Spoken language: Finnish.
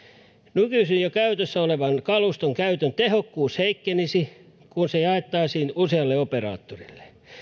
nykyisen jo käytössä olevan kaluston käytön tehokkuus heikkenisi kun se jaettaisiin usealle operaattorille